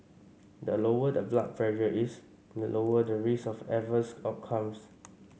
the lower the blood pressure is the lower the risk of adverse outcomes